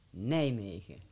Nijmegen